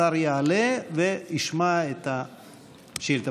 השר יעלה וישמע את השאילתה.